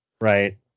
right